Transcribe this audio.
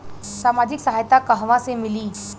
सामाजिक सहायता कहवा से मिली?